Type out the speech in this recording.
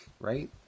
right